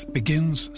begins